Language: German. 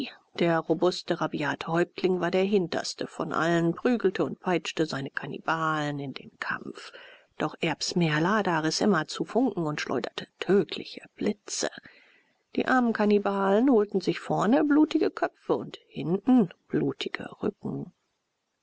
der robuste rabiate häuptling war der hinterste von allen prügelte und peitschte seine kannibalen in den kampf doch erbs mehrlader riß immerzu funken und schleuderte tödliche blitze die armen kannibalen holten sich vorne blutige köpfe und hinten blutige rücken